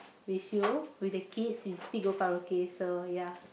with you with the kids we still go karaoke so ya